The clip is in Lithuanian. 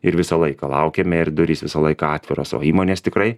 ir visą laiką laukiame ir durys visą laiką atviros o įmonės tikrai